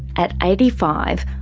at eighty five,